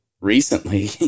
recently